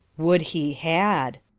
would he had